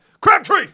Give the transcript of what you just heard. Crabtree